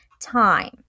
time